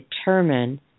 determine